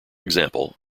example